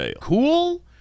cool